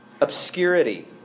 obscurity